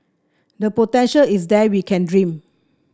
the potential is there we can dream